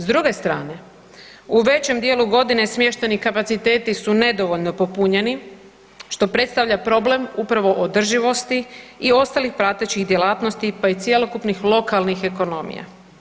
S druge strane u većem dijelu godine smještajni kapaciteti su nedovoljno popunjeni što predstavlja problem upravo održivosti i ostalih pratećih djelatnosti pa i cjelokupnih lokalnih ekonomija.